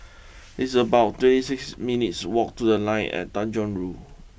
it's about twenty six minutes' walk to the Line at Tanjong Rhu